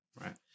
Right